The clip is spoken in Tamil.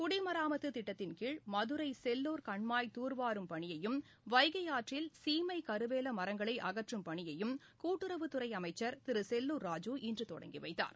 குடிமராமத்துதிட்டத்தின்கீழ் மதுரைசெல்லூர் கன்மாய் துர்வாரும் பணியையும் வைகையாற்றில் சீமைகருவேலமரங்களைஅகற்றும் பணியையும் கூட்டுறவுத் துறைஅமைச்சர் திருசெல்லூர் ராஜி இன்றுதொடங்கிவைத்தார்